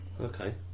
Okay